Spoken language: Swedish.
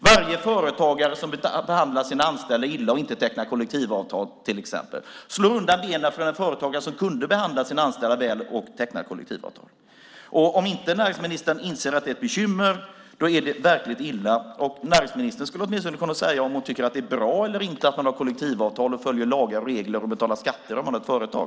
Varje företagare som behandlar sina anställda illa och inte tecknar kollektivavtal, till exempel, slår undan benen för en företagare som kunde behandla sina anställda väl och teckna kollektivavtal. Om inte näringsministern inser att det är ett bekymmer är det verkligt illa. Näringsministern skulle åtminstone kunna säga om hon tycker att det är bra eller inte att man har kollektivavtal, följer lagar och regler och betalar skatter om man har företag.